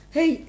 Hey